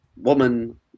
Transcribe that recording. woman